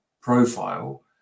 profile